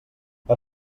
per